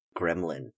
gremlin